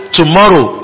tomorrow